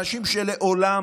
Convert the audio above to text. אנשים שמעולם